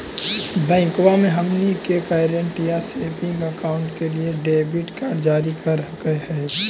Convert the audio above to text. बैंकवा मे हमनी के करेंट या सेविंग अकाउंट के लिए डेबिट कार्ड जारी कर हकै है?